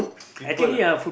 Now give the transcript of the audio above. people ah